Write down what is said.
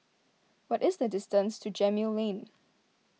what is the distance to Gemmill Lane